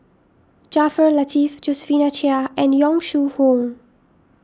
Jaafar Latiff Josephine Chia and Yong Shu Hoong